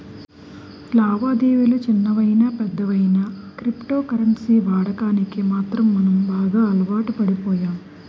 లావాదేవిలు చిన్నవయినా పెద్దవయినా క్రిప్టో కరెన్సీ వాడకానికి మాత్రం మనం బాగా అలవాటుపడిపోయాము